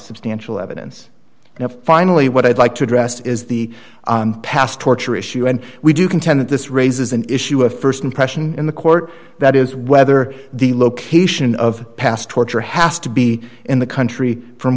substantial evidence and finally what i'd like to address is the past torture issue and we do contend that this raises an issue of st impression in the court that is whether the location of past torture has to be in the country from